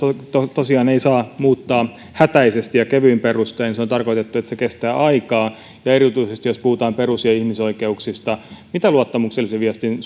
tosiaan ei saa muuttaa hätäisesti ja kevyin perustein on tarkoitettu että se kestää aikaa ja erityisesti jos puhutaan perus ja ihmisoikeuksista mitä luottamuksellisen viestin